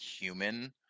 human